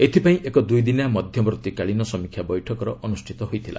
ଏଥିପାଇଁ ଏକ ଦୁଇଦିନିଆ ମଧ୍ୟବର୍ତ୍ତୀକାଳୀନ ସମୀକ୍ଷା ବୈଠକ ଅନୁଷ୍ଠିତ ହୋଇଥିଲା